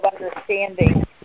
understanding